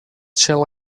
shall